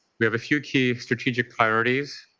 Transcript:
we have a few key strategic priorities.